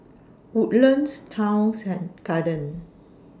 Woodlands Towns and Garden